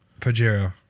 Pajero